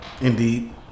Indeed